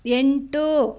ಎಂಟು